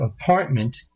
apartment